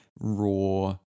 raw